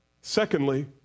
Secondly